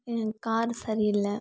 car சரி இல்லை